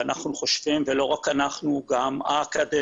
ואנחנו חושבים - ולא רק אנחנו אלא גם האקדמיה